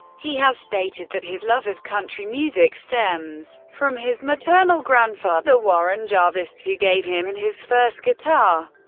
he has stated that his love of country music stems from his maternal grandfather, warren jarvis, who gave him and his first guitar,